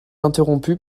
interrompue